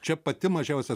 čia pati mažiausia